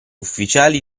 ufficiali